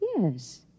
Yes